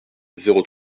zéro